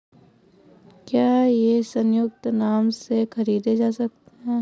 क्या ये संयुक्त नाम से खरीदे जा सकते हैं?